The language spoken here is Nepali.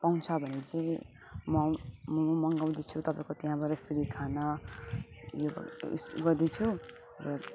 पाउँछ भने चाहिँ म आऊँ म मगाउँदछु म तपाईँको त्यहाँबाट फेरि खाना यो गर्दै गर्दैछु र